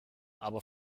aber